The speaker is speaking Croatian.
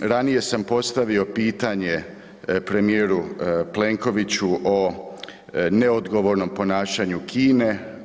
Ranije sam postavio pitanje premijeru Plenkoviću o neodgovornom ponašanju Kine.